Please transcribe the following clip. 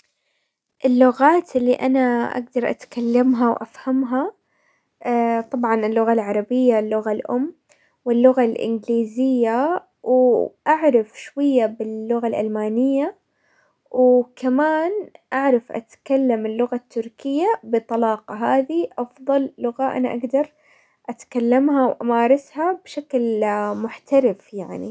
اللغات اللي انا اقدر اتكلمها وافهمها، طبعا اللغة العربية، اللغة الام، واللغة الانجليزية، اعرف شوية باللغة الالمانية، وكمان اعرف اتكلم اللغة التركية بطلاقة، هذي افضل لغة انا اقدر اتكلمها وامارسها بشكل محترف يعني.